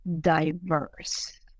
diverse